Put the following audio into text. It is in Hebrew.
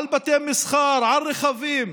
על בתי מסחר, על רכבים,